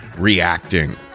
reacting